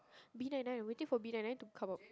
B nine nine waiting for B nine nine to come out